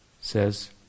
says